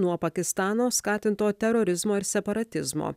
nuo pakistano skatintų terorizmo ir separatizmo